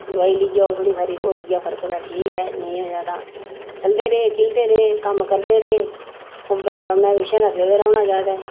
दवाई लेइयै आओ थोह्ड़ी हारी तां होई गेआ फर्क तां ठीक ऐ नेईं होएआ तां चलदे रेह् किलदे रेह् कम्म करदे रेह् खुंबै कम्मै पिच्छै गै पेदै रौह्ना ज्यादा